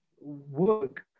work